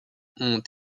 ont